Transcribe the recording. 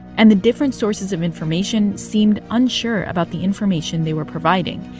and the different sources of information seemed unsure about the information they were providing,